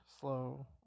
slow